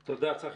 תודה, צחי.